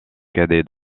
cadets